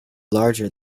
larger